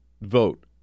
vote